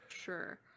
sure